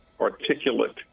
articulate